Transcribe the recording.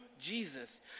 Jesus